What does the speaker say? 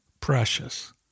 precious